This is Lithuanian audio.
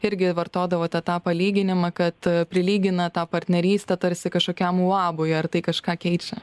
irgi vartodavote tą palyginimą kad prilygina tą partnerystę tarsi kažkokiam uabui ar tai kažką keičia